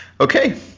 Okay